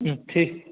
ঠিক